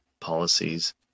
policies